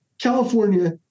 california